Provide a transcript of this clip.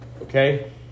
okay